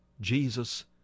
JESUS